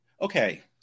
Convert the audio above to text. okay